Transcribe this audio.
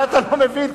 אולי אתה לא מבין,